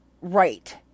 right